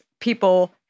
people